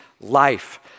life